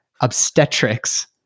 obstetrics